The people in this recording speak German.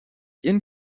ihren